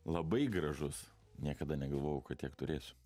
labai gražus niekada negalvojau kad tiek turėsiu